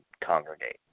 congregate